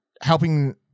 helping